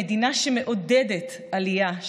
למדינה שמעודדת עלייה,